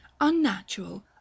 unnatural